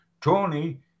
Tony